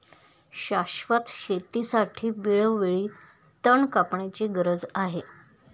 शाश्वत शेतीसाठी वेळोवेळी तण कापण्याची गरज आहे